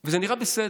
זה נראה בסדר,